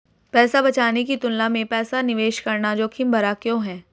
पैसा बचाने की तुलना में पैसा निवेश करना जोखिम भरा क्यों है?